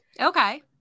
Okay